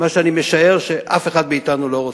מה שאני משער שאף אחד מאתנו לא רוצה.